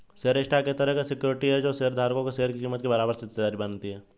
share stock एक तरह की सिक्योरिटी है जो शेयर धारक को शेयर की कीमत के बराबर हिस्सेदार बनाती है